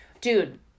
Dude